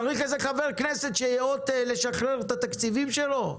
צריך איזה חבר כנסת שיאות לשחרר את התקציבים שלו?